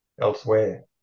elsewhere